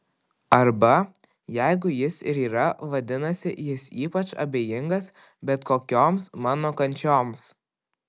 arba jeigu jis ir yra vadinasi jis ypač abejingas bet kokioms mano kančioms